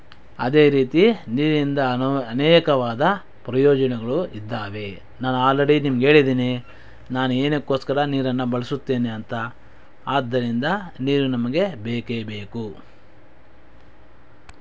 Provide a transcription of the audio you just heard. ಅದೇ ರೀತಿ ನೀರಿನಿಂದ ಅನೇಕವಾದ ಪ್ರಯೋಜನಗಳು ಇದ್ದಾವೆ ನಾನಾಲ್ರೆಡಿ ನಿಮಗೆ ಹೇಳಿದ್ದೀನಿ ನಾನು ಏನಕ್ಕೋಸ್ಕರ ನೀರನ್ನು ಬಳಸುತ್ತೇನೆ ಅಂತ ಆದ್ದರಿಂದ ನೀರು ನಮಗೆ ಬೇಕೇ ಬೇಕು